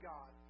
God